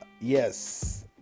yes